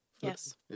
Yes